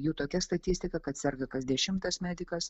jų tokia statistika kad serga kas dešimtas medikas